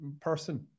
person